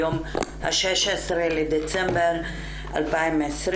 היום ה-16 בדצמבר 2020,